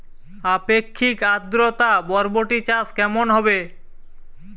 আপেক্ষিক আদ্রতা বরবটি চাষ কেমন হবে?